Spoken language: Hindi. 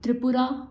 त्रिपुरा